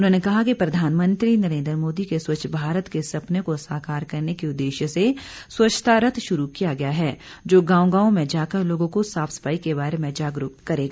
उन्होंने कहा कि प्रधानमंत्री नरेन्द्र मोदी के स्वच्छ भारत के सपने को साकार करने के उद्देश्य से स्वच्छता रथ शुरू किया गया है जो गांव गांव में जाकर लोगों को साफ सफाई के बारे में जागरूक करेगा